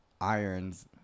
irons